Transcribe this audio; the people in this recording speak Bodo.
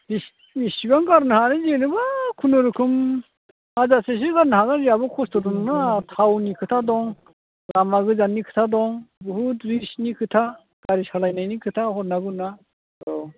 इसेबां गारनो हायालै जेनेबा खुनुरुखुम हाजारसेसो गारनो हागोन जोंहाबो खस्थ' दंना थावनि खोथा दं लामा गोजाननि खोथा दं बहुत रिस्कनि खोथा गारि सालायनायनि खोथा हरना गुना औ